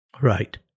Right